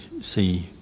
see